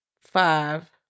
Five